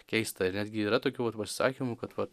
keista ir netgi yra tokių pasisakymų kad vat